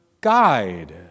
guide